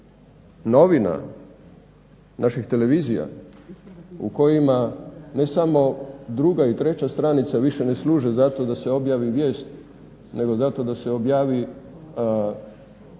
novina, naših televizija u kojima ne samo druga i treća stranica više ne služe zato da se objave vijesti nego zato da se objavi